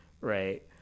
Right